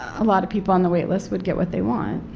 a lot of people on the waitlist would get what they want.